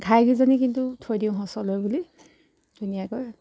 ঘাইকেইজনী কিন্তু থৈ দিওঁ সঁচলৈ বুলি ধুনীয়াকৈ